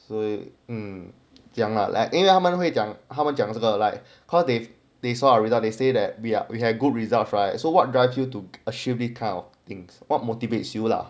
所以 um 讲啦因为他们会讲他们讲这个 like cause they they saw or result they say that we are we had good results right so what drives you to assume the kind of things what motivates you lah